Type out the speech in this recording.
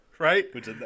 Right